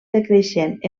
decreixent